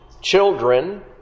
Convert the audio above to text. children